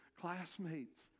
classmates